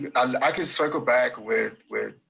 i can circle back with with